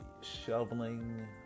shoveling